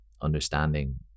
understanding